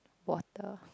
water